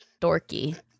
dorky